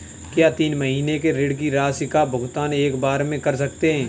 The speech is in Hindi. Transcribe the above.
क्या तीन महीने के ऋण की राशि का भुगतान एक बार में कर सकते हैं?